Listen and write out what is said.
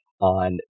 on